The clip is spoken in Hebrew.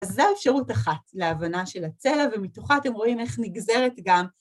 אז זו האפשרות אחת להבנה של הצלע ומתוכה אתם רואים איך נגזרת גם...